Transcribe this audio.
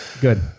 good